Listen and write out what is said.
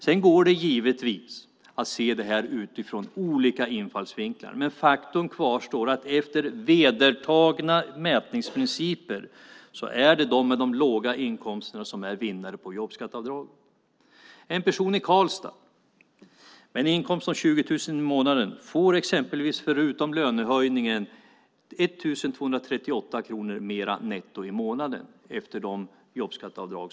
Men givetvis går det att se det här från olika infallsvinklar. Faktum kvarstår dock: Efter vedertagna mätningsprinciper är det de som har låga inkomster som är vinnare när det gäller jobbskatteavdraget. En person i Karlstad som har en inkomst på 20 000 kronor i månaden får exempelvis, förutom lönehöjningen, 1 238 kronor mer netto i månaden efter gjorda jobbskatteavdrag.